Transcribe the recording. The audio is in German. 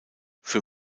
für